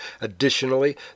Additionally